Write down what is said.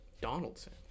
Donaldson